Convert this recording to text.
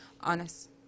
Honest